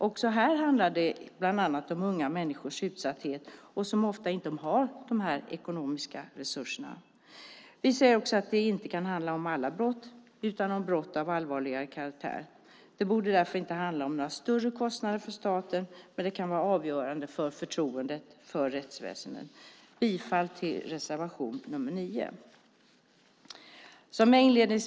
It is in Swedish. Också här handlar det bland annat om unga människors utsatthet. De har ofta inte de ekonomiska resurserna. Vi säger också att det inte kan handla om alla brott, utan om brott av allvarligare karaktär. Det borde därför inte bli några större kostnader för staten. Men det kan vara avgörande för förtroendet för rättsväsendet. Jag yrkar bifall till reservation nr 9.